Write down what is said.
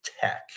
Tech